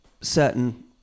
certain